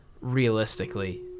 realistically